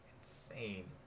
insane